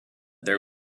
there